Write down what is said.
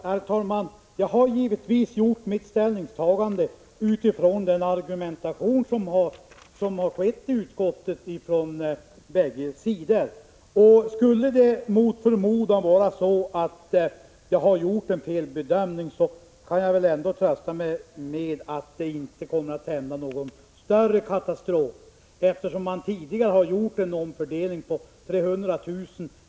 Herr talman! Jag har givetvis gjort mitt ställningstagande utifrån den argumentation som har skett i utskottet från bägge sidor. Skulle det mot förmodan vara så att jag har gjort en felbedömning kan jag väl ändå trösta mig med att det inte kommer att hända någon större katastrof. Eftersom man tidigare har gjort en omfördelning av 300 000 kr.